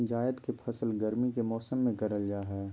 जायद के फसल गर्मी के मौसम में करल जा हइ